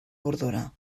bordura